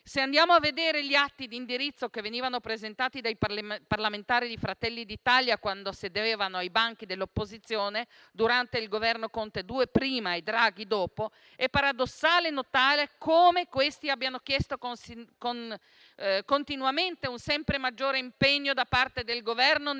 Se andiamo a vedere gli atti d'indirizzo presentati dai parlamentari di Fratelli d'Italia quando sedevano ai banchi dell'opposizione durante i Governi Conte II, prima, e Draghi, dopo, è paradossale notare come abbiano chiesto un sempre maggiore impegno da parte del Governo nel